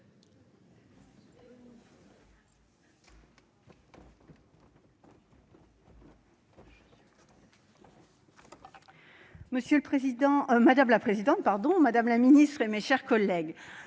Madame la présidente, madame la ministre, mes chers collègues,